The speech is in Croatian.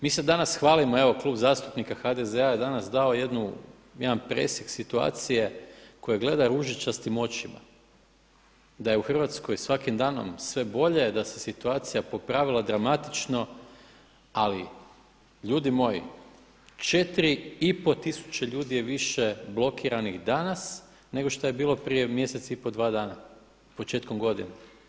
Mi se danas hvalimo, evo Klub zastupnika HDZ-a je danas dao jedan presjek situacije koju gleda ružičastim očima, da je u Hrvatskoj svakim danom sve bolje, da se situacija popravila dramatično, ali ljudi moji 4,5 tisuće ljudi je više blokiranih danas nego šta je bilo prije mjesec i pol, dva dana početkom godine.